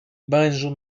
mężu